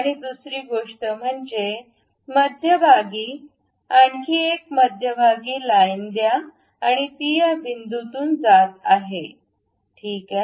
आणि दुसरी गोष्ट म्हणजे मध्यभागी आणखी एक मध्यभागी लाइनद्या आणि ती या बिंदूतून जात आहे ठीक आहे